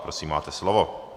Prosím máte slovo.